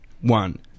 One